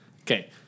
Okay